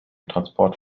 transport